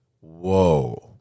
whoa